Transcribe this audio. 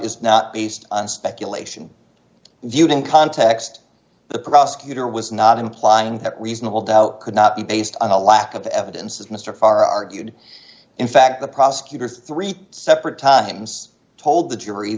is not based on speculation viewed in context the prosecutor was not implying that reasonable doubt could not be based on a lack of evidence as mr far argued in fact the prosecutor three separate times told the jury